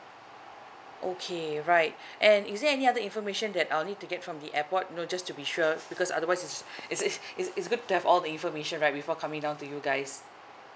okay right and is there any other information that I will need to get from the airport you know just to be sure because otherwise it's it's it's it's it's good to have all the information right before coming down to you guys